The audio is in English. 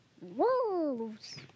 Wolves